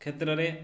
କ୍ଷେତ୍ରରେ